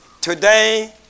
Today